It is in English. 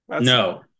No